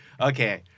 okay